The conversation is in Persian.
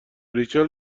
ریچل